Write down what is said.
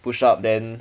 push up then